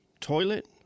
toilet